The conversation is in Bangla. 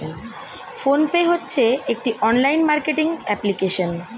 ফোন পে হচ্ছে একটি অনলাইন মার্কেটিং অ্যাপ্লিকেশন